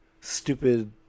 stupid